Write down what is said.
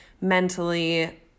mentally